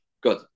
Good